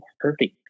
hurting